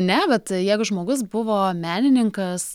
ne bet jeigu žmogus buvo menininkas